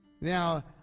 Now